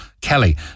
Kelly